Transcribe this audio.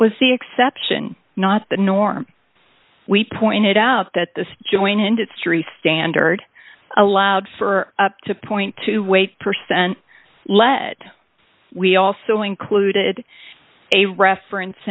was the exception not the norm we pointed out that the joint industry standard allowed for up to point to weight percent lead we also included a reference